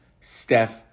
Steph